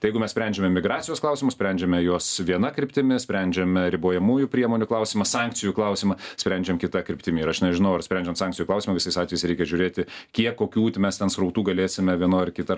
tai jeigu mes sprendžiame migracijos klausimus sprendžiame juos viena kryptimi sprendžiame ribojamųjų priemonių klausimą sankcijų klausimą sprendžiam kita kryptimi ir aš nežinau ar sprendžiant sankcijų klausimą visais atvejais reikia žiūrėti kiek kokių tai mes ten srautų galėsime vienu ar kita